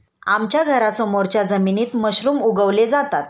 आमच्या घरासमोरच्या जमिनीत मशरूम उगवले जातात